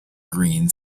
green